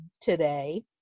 today